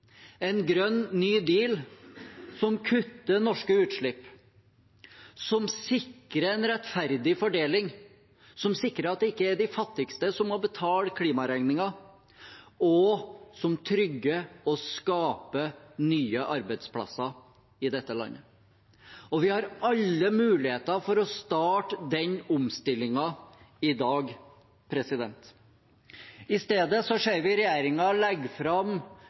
en grønn ny deal som kutter norske utslipp, som sikrer en rettferdig fordeling, som sikrer at det ikke er de fattigste som må betale klimaregningen, og som trygger og skaper nye arbeidsplasser i dette landet. Vi har alle muligheter for å starte den omstillingen i dag. I stedet ser vi regjeringen legge fram